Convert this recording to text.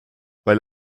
weil